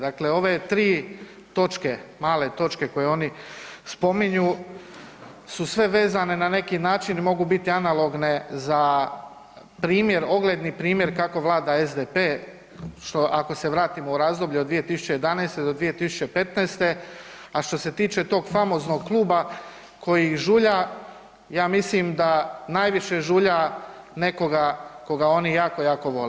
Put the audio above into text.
Dakle, ove 3 točke male točke koje oni spominju su sve vezane na neki način i mogu biti analogne za primjer, ogledni primjer kako vlada SDP što ako se vratimo u razdoblje od 2011. do 2015., a što se tiče tog famoznog kluba koji žulja, ja mislim da najviše žulja nekoga koga oni jako, jako vole.